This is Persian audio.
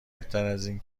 بهترازاینه